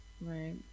Right